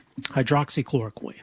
hydroxychloroquine